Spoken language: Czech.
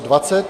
20.